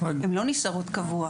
הם לא נשארות קבוע,